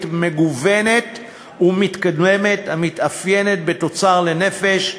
מגוונת ומתקדמת המתאפיינת בתוצר לנפש,